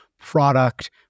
product